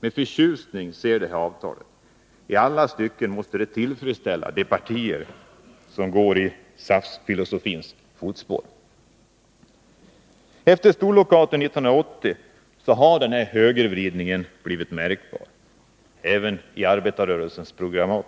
med förtjusning ser det här avtalet. Det måste i alla stycken tillfredsställa de partier som går i SAF:s fotspår när det gäller filosofin på detta område. Efter storlockouten 1980 har högervridningen blivit märkbar, även i arbetarrörelsens program.